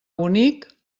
bonic